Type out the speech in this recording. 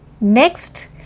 Next